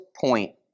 point